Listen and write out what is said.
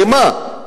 למה?